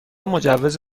مجوز